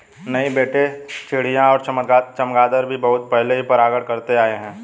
नहीं बेटे चिड़िया और चमगादर भी बहुत पहले से परागण करते आए हैं